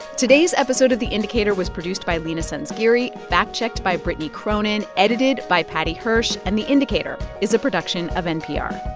today's episode of the indicator was produced by leena sanzgiri, fact-checked by brittany cronin, edited by paddy hirsch. and the indicator is a production of npr